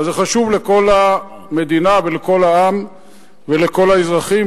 אבל זה חשוב לכל המדינה ולכל העם ולכל האזרחים,